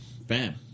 Bam